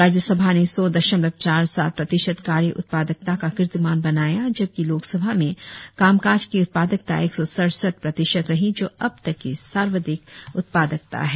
राज्यसभा ने सौ दशमलव चार सात प्रतिशत कार्य उत्पादकता का कीर्तिमान बनाया जबकि लोकसभा में कामकाज की उत्पादकता एक सौ सड़सठ प्रतिशत रही जो अब तक की सर्वाधिक उत्पादकता है